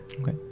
Okay